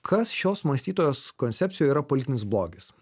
kas šios mąstytojos koncepcijoj yra politinis blogis